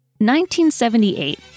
1978